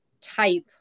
type